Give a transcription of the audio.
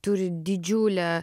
turi didžiulę